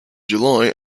july